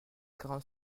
quarante